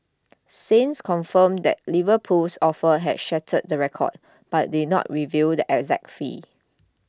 Saints confirmed that Liverpool's offer had shattered the record but did not reveal the exact fee